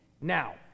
Now